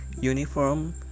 uniform